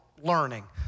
learning